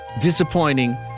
disappointing